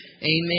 Amen